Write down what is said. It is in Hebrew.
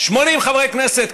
80 חברי כנסת,